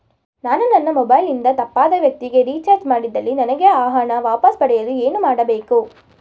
ನಾನು ನನ್ನ ಮೊಬೈಲ್ ಇಂದ ತಪ್ಪಾದ ವ್ಯಕ್ತಿಗೆ ರಿಚಾರ್ಜ್ ಮಾಡಿದಲ್ಲಿ ನನಗೆ ಆ ಹಣ ವಾಪಸ್ ಪಡೆಯಲು ಏನು ಮಾಡಬೇಕು?